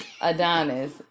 Adonis